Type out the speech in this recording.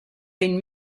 been